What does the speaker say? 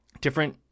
different